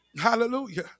Hallelujah